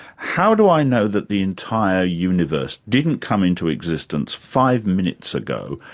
how do i know that the entire universe didn't come into existence five minutes ago,